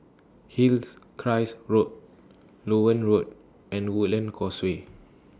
Hills Crest Road Loewen Road and Woodlands Causeway